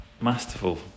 Masterful